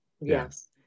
Yes